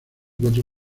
cuatro